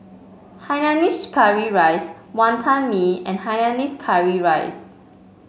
Hainanese Curry Rice Wonton Mee and Hainanese Curry Rice